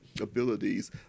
abilities